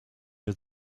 had